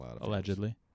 Allegedly